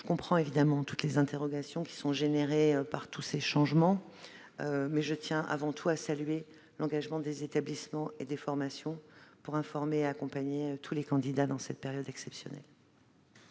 Je comprends évidemment toutes les interrogations suscitées par ces nombreux changements, mais je tiens avant tout à saluer l'engagement des établissements et des centres de formation pour informer et accompagner tous les candidats dans cette période exceptionnelle.